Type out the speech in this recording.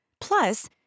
Plus